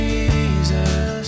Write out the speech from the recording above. Jesus